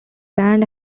band